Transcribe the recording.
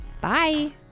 Bye